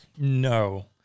No